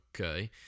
okay